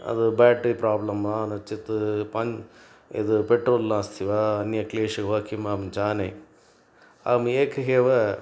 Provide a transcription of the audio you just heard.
अद् ब्याटरि प्राब्लम्मा न चेत् पञ् इद् पेट्रोल् नास्ति वा अन्यः क्लेशो वा किं अहं जाने अहम् एकः एव